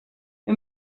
wir